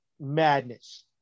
madness